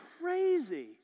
Crazy